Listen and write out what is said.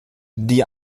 die